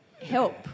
help